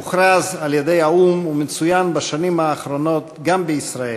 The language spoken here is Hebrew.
שהוכרז על-ידי האו"ם ומצוין בשנים האחרונות גם בישראל.